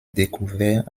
découverts